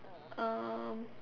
um